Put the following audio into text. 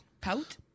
Pout